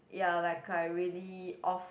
ya like I really off